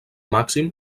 màxim